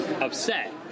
upset